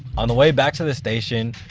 on the way back to the station,